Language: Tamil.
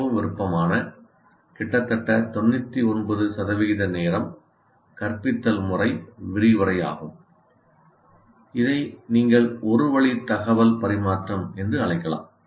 மிகவும் விருப்பமான கிட்டத்தட்ட 99 சதவிகித நேரம் கற்பித்தல் முறை விரிவுரை ஆகும் இதை நீங்கள் ஒரு வழி தகவல் பரிமாற்றம் என்றும் அழைக்கலாம்